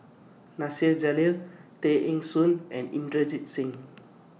Nasir Jalil Tay Eng Soon and Inderjit Singh